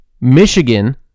michigan